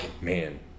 Man